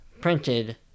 printed